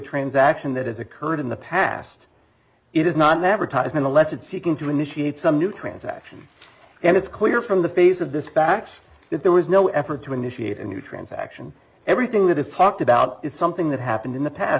transaction that has occurred in the past it is not an advertisement unless it's seeking to initiate some new transaction and it's clear from the face of this facts that there was no effort to initiate a new transaction everything that is talked about is something that happened in the past